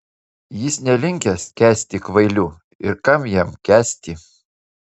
jis nelinkęs kęsti kvailių ir kam jam kęsti